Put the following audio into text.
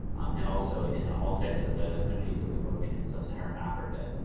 and also, in ah all six of the countries that we work in in sub saharan africa,